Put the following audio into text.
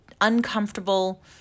uncomfortable